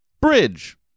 bridge